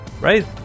right